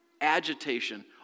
agitation